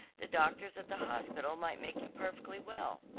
the doctors at the hospital might make you perfectly well.